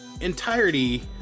entirety